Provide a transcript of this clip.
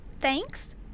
thanks